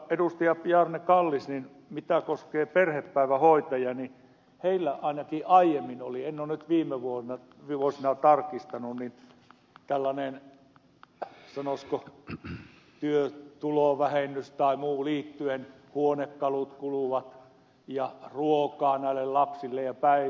bjarne kallis mikä koskee perhepäivähoitajia niin heillä ainakin aiemmin oli en ole nyt viime vuosina tarkistanut tällainen sanoisiko työtulovähennys tai muu liittyen siihen kun huonekalut kuluvat ja ruokaa näille lapsille ostetaan